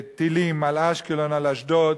טילים על אשקלון, על אשדוד,